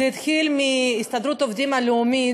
זה התחיל מהסתדרות העובדים הלאומית,